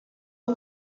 bwe